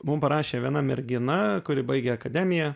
mum parašė viena mergina kuri baigė akademiją